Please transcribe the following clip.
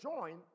join